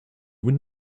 would